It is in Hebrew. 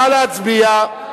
נא להצביע.